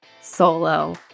solo